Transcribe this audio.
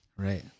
right